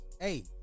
Hey